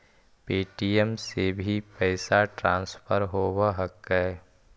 Paytm से भी पैसा ट्रांसफर होवहकै?